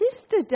sister